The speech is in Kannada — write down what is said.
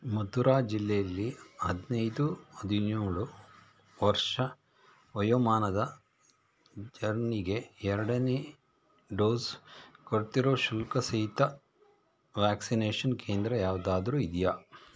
ಮಥುರಾ ಜಿಲ್ಲೆಯಲ್ಲಿ ಹದಿನೈದು ಹದಿನೇಳು ವರ್ಷ ವಯೋಮಾನದ ಜನ್ರಿಗೆ ಎರಡನೇ ಡೋಸ್ ಕೊಡ್ತಿರೋ ಶುಲ್ಕ ಸಹಿತ ವ್ಯಾಕ್ಸಿನೇಷನ್ ಕೇಂದ್ರ ಯಾವುದಾದ್ರೂ ಇದೆಯಾ